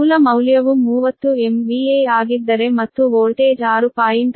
ಮೂಲ ಮೌಲ್ಯವು 30 MVA ಆಗಿದ್ದರೆ ಮತ್ತು ವೋಲ್ಟೇಜ್ 6